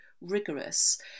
rigorous